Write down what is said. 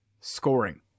scoring